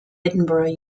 edinburgh